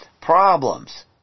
problems